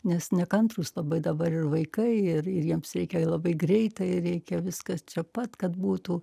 nes nekantrūs labai dabar ir vaikai ir ir jiems reikia labai greitai reikia viskas čia pat kad būtų